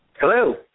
Hello